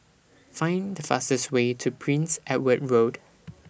Find The fastest Way to Prince Edward Road